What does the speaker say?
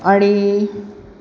आणि